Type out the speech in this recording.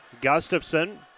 Gustafson